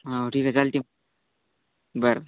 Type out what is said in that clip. हां ठीक आहे चालते मग बरं